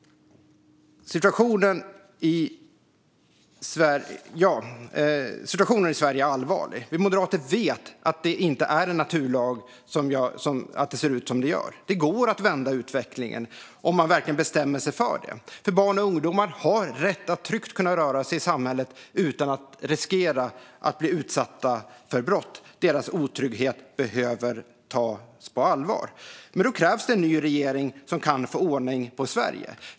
Situationen i Sverige är allvarlig. Vi moderater vet att det inte är en naturlag som ligger bakom att det ser ut på det här sättet. Det går att vända utvecklingen om man verkligen bestämmer sig för det. Barn och ungdomar har rätt att kunna röra sig tryggt i samhället utan att riskera att bli utsatta för brott. Deras otrygghet behöver tas på allvar. Men då krävs det en ny regering som kan få ordning på Sverige.